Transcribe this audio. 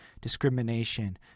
discrimination